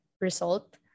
result